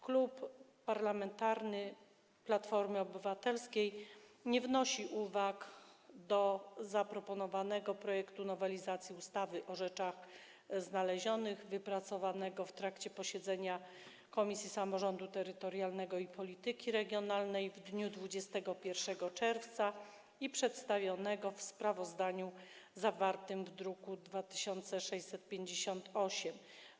Klub Parlamentarny Platforma Obywatelska nie wnosi uwag do zaproponowanego projektu nowelizacji ustawy o rzeczach znalezionych wypracowanego w trakcie posiedzenia Komisji Samorządu Terytorialnego i Polityki Regionalnej w dniu 21 czerwca i przedstawionego w sprawozdaniu zawartym w druku nr 2658.